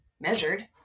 measured